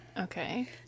Okay